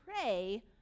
pray